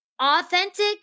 authentic